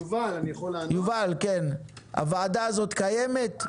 יובל, הוועדה הזאת קיימת?